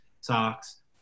socks